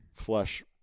flesh